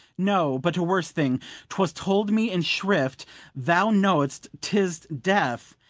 no, but a worse thing twas told me in shrift thou know'st tis death,